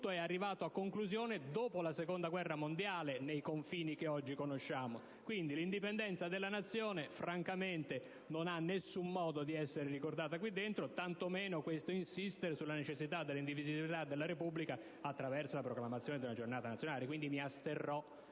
è arrivato a conclusione dopo la Seconda guerra mondiale, nei confini che oggi conosciamo. L'indipendenza della Nazione non ha nessun motivo di essere ricordata in questo provvedimento, tantomeno l'insistenza sulla necessità della indivisibilità della Repubblica attraverso la proclamazione della Giornata nazionale. Quindi mi asterrò